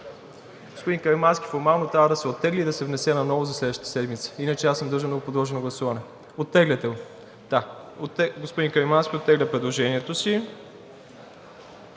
Господин Каримански, формално трябва да се оттегли и да се внесе наново за следващата седмица. Иначе аз съм длъжен да го подложа на гласуване. Оттегляте го? Да. Господин Каримански оттегля предложението си.